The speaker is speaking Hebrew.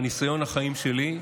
מניסיון החיים שלי,